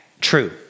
true